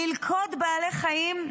ללכוד בעלי חיים,